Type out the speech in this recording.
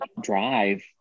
drive